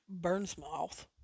Burnsmouth